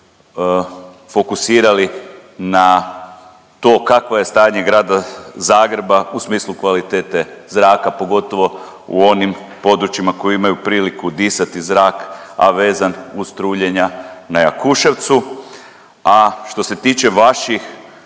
se fokusirali na to kakvo je stanje grada Zagreba u smislu kvalitete zraka pogotovo u onim područjima koji imaju priliku disati zrak, a vezan uz truljenja na Jakuševcu, a što se tiče vaših